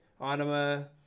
Anima